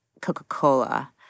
Coca-Cola